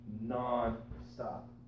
non-stop